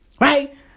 Right